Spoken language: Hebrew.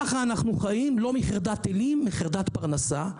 כך אנו חיים מחרדת טילים אלא מחרדת פרנסה,